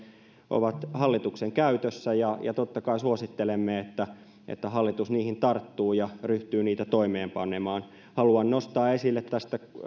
ovat hallituksen käytössä ja ja totta kai suosittelemme että että hallitus niihin tarttuu ja ryhtyy niitä toimeenpanemaan haluan nostaa esille tästä